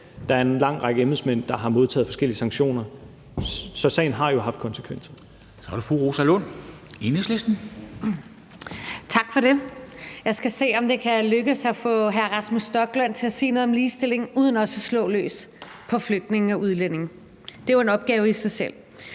der er en lang række embedsmænd, der har modtaget forskellige sanktioner. Så sagen har jo haft konsekvenser. Kl. 09:51 Formanden (Henrik Dam Kristensen): Så er det fru Rosa Lund, Enhedslisten. Kl. 09:51 Rosa Lund (EL): Tak for det. Jeg skal se, om det kan lykkes at få hr. Rasmus Stoklund til at sige noget om ligestilling uden også at slå løs på flygtninge og udlændinge. Det er jo en opgave i sig selv.